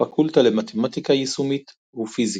הפקולטה למתמטיקה יישומית ופיזיקה